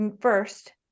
first